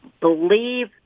believe